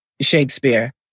Shakespeare